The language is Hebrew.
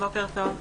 בוקר טוב.